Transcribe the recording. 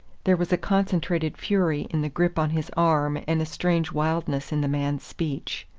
there was a concentrated fury in the grip on his arm and a strange wildness in the man's speech.